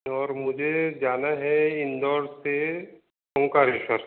और मुझे जाना है इंदौर से ओंकारेश्वर